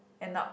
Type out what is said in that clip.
end up